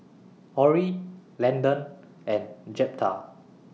Orrie Landon and Jeptha